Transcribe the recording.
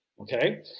okay